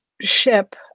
ship